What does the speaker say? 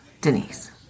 Denise